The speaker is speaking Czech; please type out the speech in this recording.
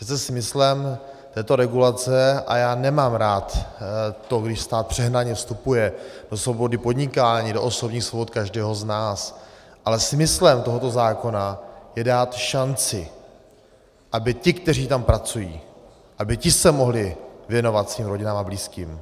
Přece smyslem této regulace a já nemám rád to, když stát přehnaně vstupuje do svobody podnikání, do osobních svobod každého z nás smyslem tohoto zákona je dát šanci, aby se ti, kteří tam pracují, mohli věnovat svým rodinám a blízkým.